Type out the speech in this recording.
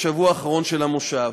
בשבוע האחרון של המושב.